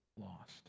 lost